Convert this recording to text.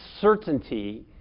certainty